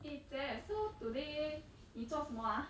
eh 姐 so today 你做什么啊